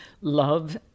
Love